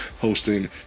hosting